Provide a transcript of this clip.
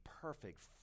perfect